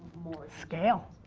more scale.